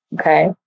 okay